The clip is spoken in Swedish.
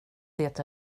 det